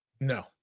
No